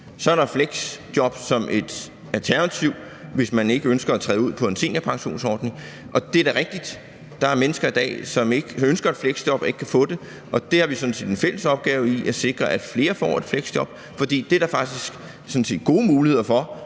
Så er der fleksjob som et alternativ, hvis man ikke ønsker at træde ud på en seniorpensionsordning. Og det er da rigtigt, at der er mennesker i dag, som ikke ønsker et fleksjob og ikke kan få det. Der har vi sådan set en fælles opgave i at sikre, at flere får et fleksjob, for det er der faktisk gode muligheder for,